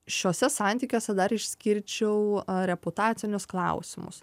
šiuose santykiuose dar išskirčiau reputacinius klausimus